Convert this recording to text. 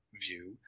view